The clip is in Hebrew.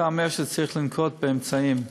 אתה אומר שצריך לנקוט אמצעים.